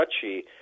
touchy